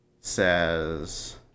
says